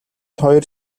хоёр